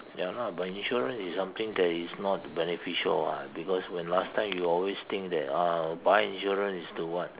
ya lah but insurance is something that is not beneficial [what] because when last time you always think that ah buy insurance is to what